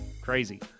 Crazy